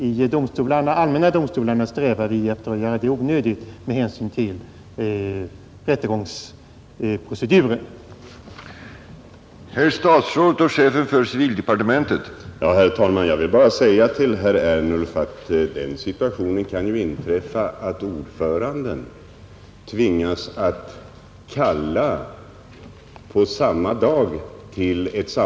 I de allmänna domstolarna strävar vi efter att göra detta onödigt med hänsyn till rättegångsprocedurens utformning där.